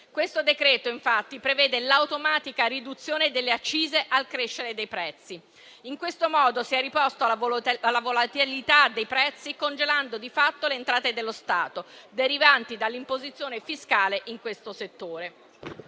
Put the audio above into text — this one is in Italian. Questo decreto-legge, infatti, prevede l'automatica riduzione delle accise al crescere dei prezzi. In questo modo si è risposto alla volatilità dei prezzi congelando di fatto le entrate dello Stato derivanti dall'imposizione fiscale in questo settore.